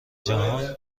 جهان